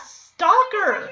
stalker